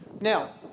Now